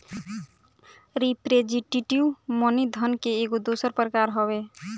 representative money धन के एगो दोसर प्रकार हवे